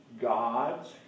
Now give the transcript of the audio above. God's